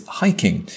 hiking